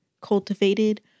cultivated